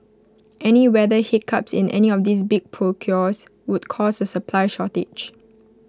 any weather hiccups in any of these big procures would cause A supply shortage